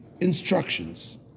instructions